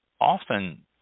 often